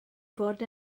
fod